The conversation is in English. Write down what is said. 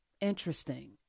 interesting